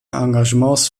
engagements